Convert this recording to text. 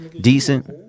decent